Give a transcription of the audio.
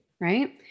right